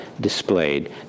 displayed